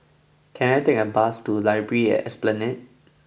can I take a bus to library at Esplanade